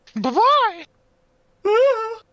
Bye-bye